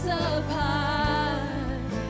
apart